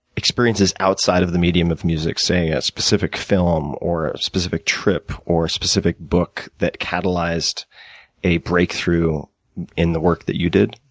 experiences outside of the medium of music, say a specific film, or a specific trip, or a specific book, that catalyzed a breakthrough in the work that you did?